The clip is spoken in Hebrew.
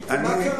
אני, מה קרה?